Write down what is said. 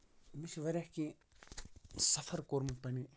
مےٚ چھُ واریاہ کیٚنٛہہ سَفر کوٚرمُت پَنٕنہِ